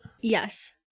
Yes